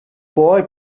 boy